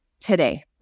today